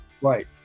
Right